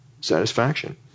satisfaction